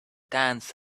danced